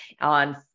on